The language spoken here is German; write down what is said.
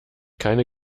keine